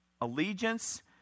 allegiance